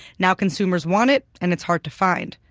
now consumers want it, and it's hard to find.